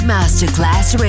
Masterclass